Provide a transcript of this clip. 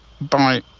Bye